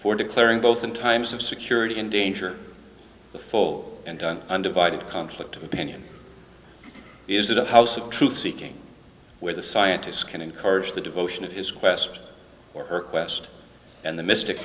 for declaring both in times of security and danger the full undone undivided conflict binion is a house of truth seeking where the scientists can encourage the devotion of his quest for her quest and the mystic